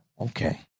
Okay